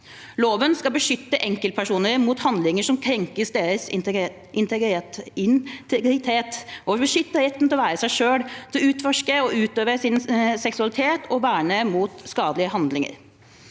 Loven skal beskytte enkeltpersoner mot handlinger som krenker deres integritet, beskytte retten til å være seg selv, til å utforske og utøve sin seksualitet og verne mot skadelige handlinger.